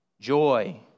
joy